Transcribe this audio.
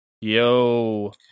Yo